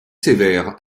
sévère